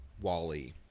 Wally